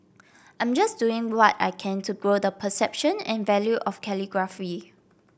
I'm just doing what I can to grow the perception and value of calligraphy